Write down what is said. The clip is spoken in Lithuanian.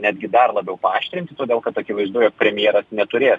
netgi dar labiau paaštrinti todėl kad akivaizdu jog premjeras neturės